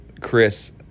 Chris